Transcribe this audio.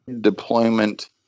deployment